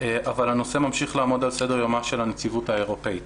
אבל הנושא ממשיך לעמוד על סדר יומה של הנציבות האירופית.